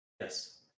Yes